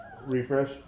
refresh